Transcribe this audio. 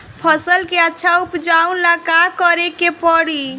फसल के अच्छा उपजाव ला का करे के परी?